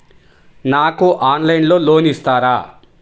నాకు ఆన్లైన్లో లోన్ ఇస్తారా?